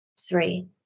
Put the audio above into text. three